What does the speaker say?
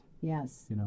Yes